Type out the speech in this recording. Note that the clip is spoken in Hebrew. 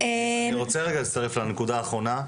אני רוצה רגע להצטרף לנקודה האחרונה,